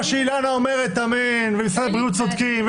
שאילנה אומרת אמן ומשרד הבריאות צודקים,